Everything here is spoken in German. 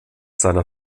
seiner